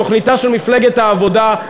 תוכניתה של מפלגת העבודה,